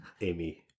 Amy